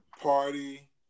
party